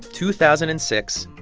two thousand and six,